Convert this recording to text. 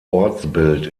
ortsbild